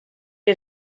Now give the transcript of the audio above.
que